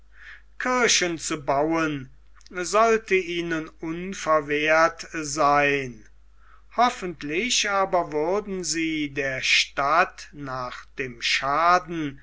kirchen zu bauen sollte ihnen unverwehrt sein hoffentlich aber würden sie der stadt nach dem schaden